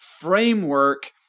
framework